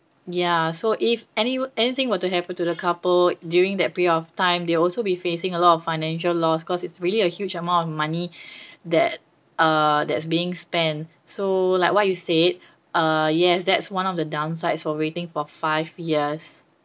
ya so if any anything were to happen to the couple during that period of time they'll also be facing a lot of financial loss cause it's really a huge amount of money that uh that's being spent so like what you said uh yes that's one of the downsides for waiting for five years